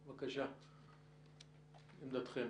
בבקשה, עמדתכם.